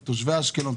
את תושבי אשקלון,